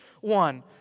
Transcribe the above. one